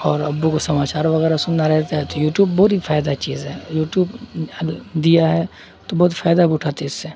اور ابو کو سماچار وغیرہ سننا رہتا ہے تو یوٹیوب بہت ہی فائدہ چیز ہے یٹیوب دیا ہے تو بہت فائدہ بھی اٹھاتے اس سے